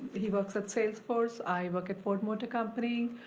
he works at salesforce, i work at ford motor company.